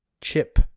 Chip